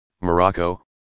Morocco